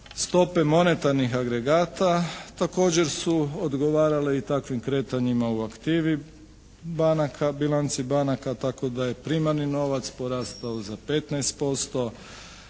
Stope monetarnih agregata također su odgovarale i takvim kretanjima u aktivi banaka, bilanci banaka, tako da je primarni novac porastao za 15%,